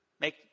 Make